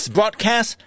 Broadcast